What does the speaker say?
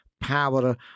power